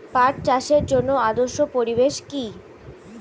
পাট চাষের জন্য আদর্শ পরিবেশ কি?